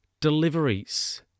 deliveries